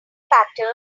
factory